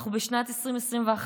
אנחנו בשנת 2021,